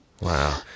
Wow